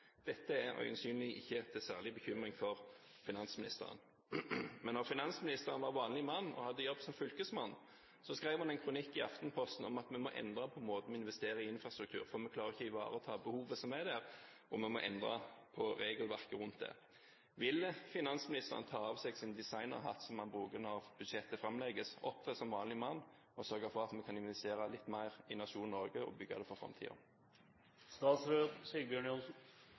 Dette er øyensynlig ikke til særlig bekymring for finansministeren. Men da finansministeren var en vanlig mann og hadde jobb som fylkesmann, skrev han en kronikk i Aftenposten om at vi må endre på måten vi investerer i infrastruktur, for vi klarer ikke å ivareta behovet som er der, og vi må endre på regelverket rundt det. Vil finansministeren ta av seg sin designerhatt, som han bruker når budsjettet framlegges, opptre som en vanlig mann og sørge for at vi kan investere litt mer i nasjonen Norge og bygge for